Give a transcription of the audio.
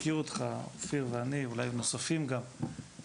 אנשים כמוני וכמו אופיר מכירים אותך הרבה